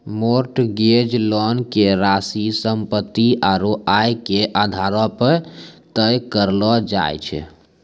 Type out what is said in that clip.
mortgage loan के राशि सम्पत्ति आरू आय के आधारो पे तय करलो जाय छै